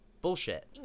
Bullshit